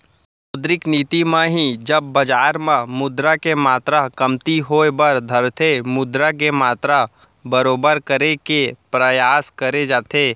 मौद्रिक नीति म ही जब बजार म मुद्रा के मातरा कमती होय बर धरथे मुद्रा के मातरा बरोबर करे के परयास करे जाथे